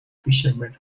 fishermen